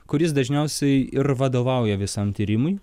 kuris dažniausiai ir vadovauja visam tyrimui